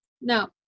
Now